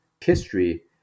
history